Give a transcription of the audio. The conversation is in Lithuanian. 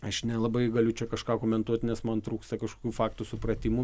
aš nelabai galiu čia kažką komentuot nes man trūksta kažkokių faktų supratimų